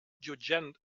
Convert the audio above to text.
jutjant